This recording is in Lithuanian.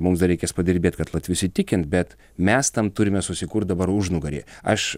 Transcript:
mums dar reikės padirbėt kad latvius įtikint bet mes tam turime susikurt dabar užnugarį aš